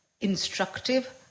instructive